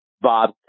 Bob